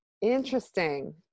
interesting